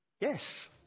Yes